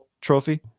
trophy